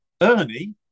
Ernie